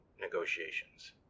negotiations